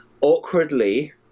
awkwardly